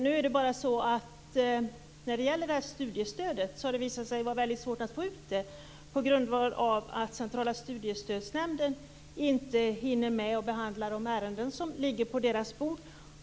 Nu har det visat sig vara mycket svårt att få ut studiestödet, på grund av att Centrala studiestödsnämnden inte hinner med att behandla de ärenden som ligger på dess bord.